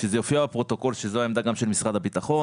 שזה יופיע בפרוטוקול שזו גם העמדה של משרד הביטחון,